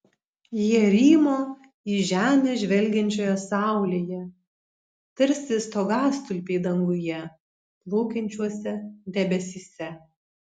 jie rymo į žemę žvelgiančioje saulėje tarsi stogastulpiai danguje plaukiančiuose debesyse